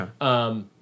Okay